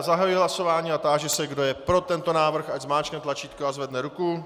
Zahajuji hlasování a táži se, kdo je pro tento návrh, ať zmáčkne tlačítko a zvedne ruku.